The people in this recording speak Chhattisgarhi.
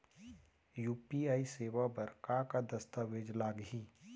यू.पी.आई सेवा बर का का दस्तावेज लागही?